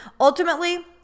ultimately